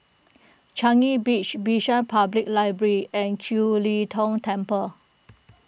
Changi Beach Bishan Public Library and Kiew Lee Tong Temple